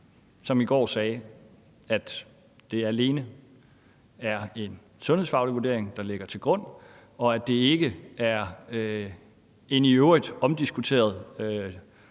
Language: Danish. som i går sagde, at det alene er en sundhedsfaglig vurdering, der ligger til grund, og at det ikke er en i øvrigt omdiskuteret